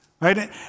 right